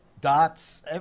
dots